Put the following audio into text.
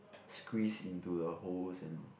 squeeze into the holes and